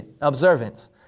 observance